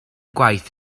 gwaith